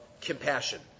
Compassion